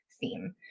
theme